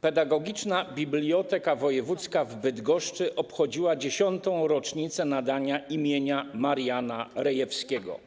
Pedagogiczna Biblioteka Wojewódzka w Bydgoszczy obchodziła 10. rocznicę nadania imienia Mariana Rejewskiego.